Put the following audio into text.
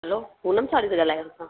hello Poonam साड़ी सां ॻाल्हायो था